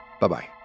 Bye-bye